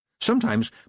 Sometimes